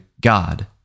God